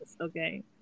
okay